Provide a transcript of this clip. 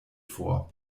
vor